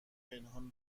پنهان